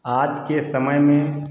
आज के समय में